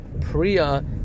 priya